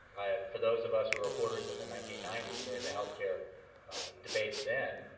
for those of us who were reporters in the nineteen ninety s, during the health care debates then,